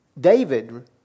David